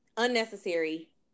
unnecessary